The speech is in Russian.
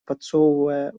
подсовывая